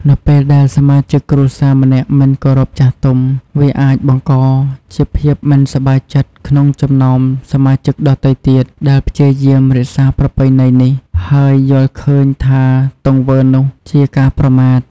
នៅពេលដែលសមាជិកគ្រួសារម្នាក់មិនគោរពចាស់ទុំ វាអាចបង្កជាភាពមិនសប្បាយចិត្តក្នុងចំណោមសមាជិកដទៃទៀត ដែលព្យាយាមរក្សាប្រពៃណីនេះ ហើយយល់ឃើញថាទង្វើនោះជាការប្រមាថ។